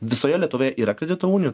visoje lietuvoje yra kredito unijų